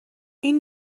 این